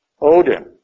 Odin